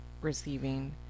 receiving